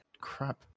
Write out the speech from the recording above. crap